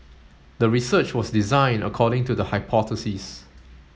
the research was designed according to the hypothesis